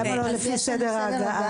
למה לא לפי סדר הגעה?